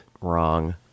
Wrong